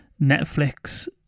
netflix